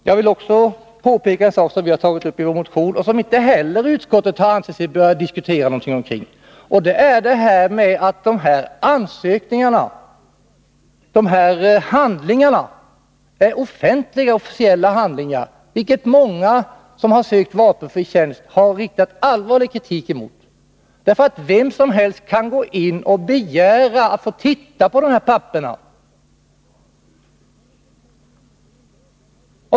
Jag vill också påpeka en sak som vi har tagit upp i vår motion och som utskottet inte heller har ansett sig böra diskutera någonting omkring, nämligen att ansökningarna är offentliga handlingar. Många som har sökt vapenfri tjänst har riktat allvarlig kritik mot att vem som helst kan begära att få titta på papperen.